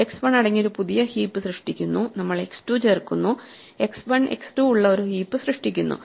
x 1 അടങ്ങിയ ഒരു പുതിയ ഹീപ്പ് സൃഷ്ടിക്കുന്നു നമ്മൾ x2 ചേർക്കുന്നു x 1 x 2 ഉള്ള ഒരു ഹീപ്പ് സൃഷ്ടിക്കുന്നു